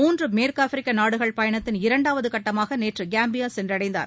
மூன்று மேற்கு ஆப்பிரிக்க நாடுகள் பயணத்தின் இரண்டாவது கட்டமாக நேற்று காம்பியா சென்றடைந்தார்